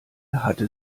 hatte